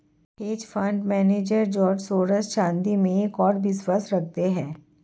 hedge fund manager George Soros चांदी में एक और विश्वास रखते हैं